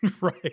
Right